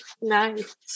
Nice